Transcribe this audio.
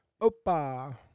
Opa